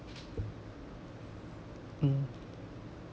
mm